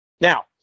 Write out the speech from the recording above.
Now